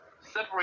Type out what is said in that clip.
separate